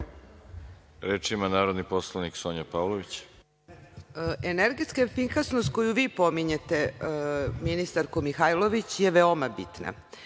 Reč ima narodni poslanik Sonja Pavlović. **Sonja Pavlović** Energetska efikasnost koju vi pominjete, ministarko Mihajlović, je veoma bitna.